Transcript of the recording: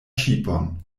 ŝipon